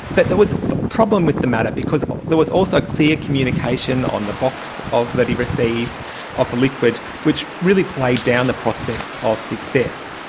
but there was a problem with the matter because there was also clear communication on the box that he received of the liquid which really played down the prospects of success.